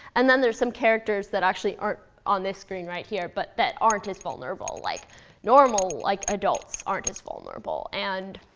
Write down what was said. and then there's some characters that actually aren't on this screen right here but that aren't as vulnerable, like normal, like adults aren't as vulnerable. and